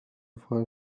far